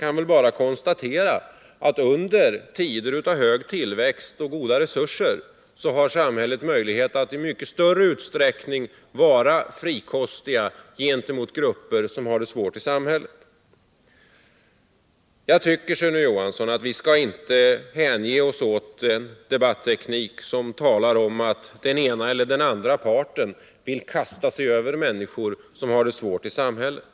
Jag vill bara konstatera att samhället under tider av hög tillväxt och goda resurser har möjlighet att i mycket större utsträckning vara frikostigt gentemot grupper som har det svårt. Jag tycker, Sune Johansson, att vi inte skall hänge oss åt en debatteknik, där vi talar om att den ena eller den andra parten vill kasta sig över människor som har det svårt i samhället.